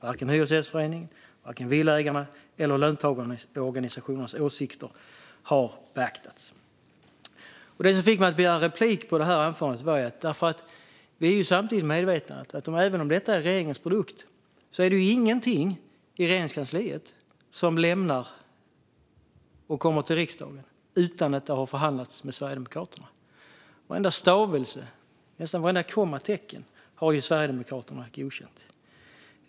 Varken Hyresgästföreningens, Villaägarnas eller löntagarorganisationernas åsikter har beaktats. Det som fick mig att begära replik på anförandet var följande: Detta är regeringens produkt, men vi är samtidigt medvetna om att ingenting lämnar Regeringskansliet och kommer till riksdagen utan att det har förhandlats med Sverigedemokraterna. Varenda stavelse och nästan vartenda kommatecken har Sverigedemokraterna godkänt.